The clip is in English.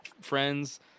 friends